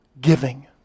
giving